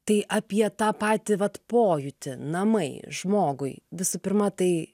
tai apie tą patį vat pojūtį namai žmogui visų pirma tai